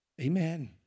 Amen